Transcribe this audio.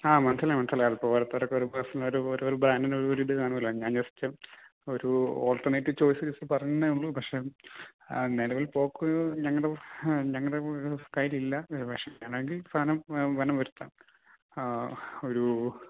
ആ മനസ്സിലായി മനസ്സിലായി അതിപ്പോൾ ഓരോത്തർക്കോരോ പേർസണൽ ഓരോരോ ബ്രാൻഡിനോരോന്ന് കാണുമല്ലോ ഞാൻ ജസ്റ്റ് ഒരു ഓൾട്ടർനേറ്റീവ് ചോയ്സ് ജസ്റ്റ് പറഞ്ഞന്നേയുള്ളു പക്ഷെ നിലവിൽ പൊക്കോ ഞങ്ങളുടെ ഞങ്ങളുടെ കയ്യിലില്ല ഒരു പക്ഷെ വേണമെങ്കിൽ സാധനം വേഗം വരുത്താം ആ ഒരു